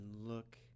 look